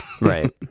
Right